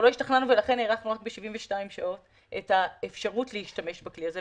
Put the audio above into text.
ולכן הארכנו רק ב-72 שעות את האפשרות להשתמש בכלי הזה.